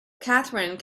catherine